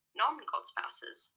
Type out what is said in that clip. non-godspouses